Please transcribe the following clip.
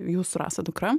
jūsų rasa dukra